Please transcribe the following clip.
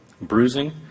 bruising